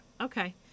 Okay